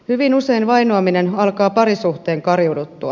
hyvin usein vainoaminen alkaa parisuhteen kariuduttua